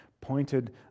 pointed